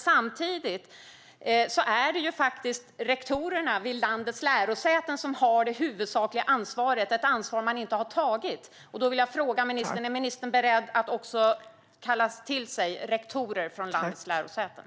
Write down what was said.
Samtidigt är det ändå rektorerna vid landets lärosäten som har det huvudsakliga ansvaret - ett ansvar som man inte har tagit. Därför vill jag fråga ministern om hon är beredd att också kalla till sig rektorer från landets lärosäten.